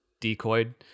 decoyed